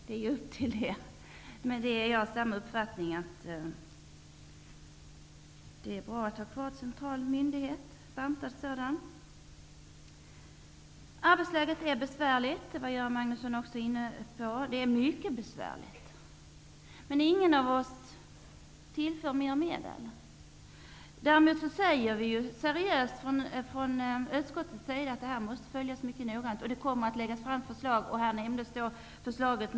Jag har dock den uppfattningen att det är bra att vi får en bantad central myndighet. Arbetsläget är besvärligt, ja mycket besvärligt, vilket också Göran Magnusson var inne på, men ingen har föreslagit att nya medel skall tillföras. Utskottet uttalar däremot seriöst att arbetsförhållandena måste följas mycket noggrant och att förslag kommer att framläggas.